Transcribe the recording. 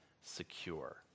secure